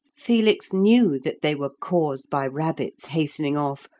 felix knew that they were caused by rabbits hastening off,